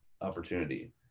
opportunity